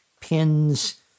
pins